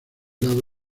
lado